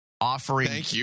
Offering